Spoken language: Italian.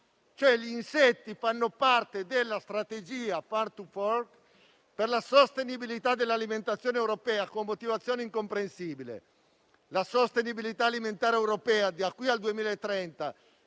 gli insetti fanno parte della strategia *from farm to fork* per la sostenibilità dell'alimentazione europea, con motivazione incomprensibile. La sostenibilità alimentare europea, da qui al 2030,